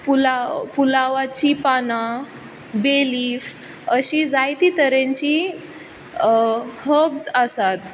पुलाव पुलांवांचीं पानां bay leaf अशी जायतीं तरेंची हर्ब्स आसात